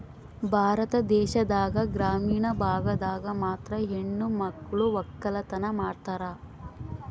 ಭಾರತ ದೇಶದಾಗ ಗ್ರಾಮೀಣ ಭಾಗದಾಗ ಮಾತ್ರ ಹೆಣಮಕ್ಳು ವಕ್ಕಲತನ ಮಾಡ್ತಾರ